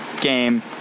game